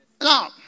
Now